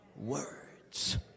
words